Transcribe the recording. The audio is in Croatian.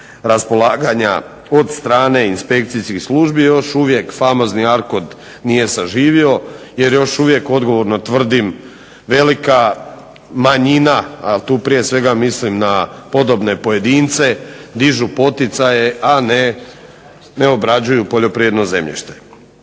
od strane inspekcijskih službi još uvijek, famozni ARCOD nije saživio jer još uvijek, odgovorno tvrdim, velika manjina, a tu prije svega mislim na podobne pojedince, dižu poticaje, a ne obrađuju poljoprivredno zemljište.